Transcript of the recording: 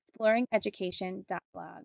exploringeducation.blog